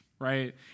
right